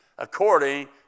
according